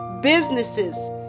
businesses